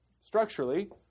structurally